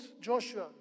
Joshua